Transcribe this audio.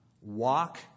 walk